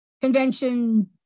convention